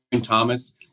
Thomas